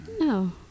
No